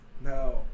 No